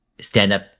Stand-up